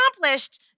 accomplished